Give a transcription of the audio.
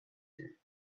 you